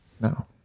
No